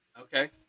okay